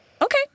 okay